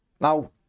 Now